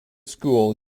school